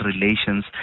relations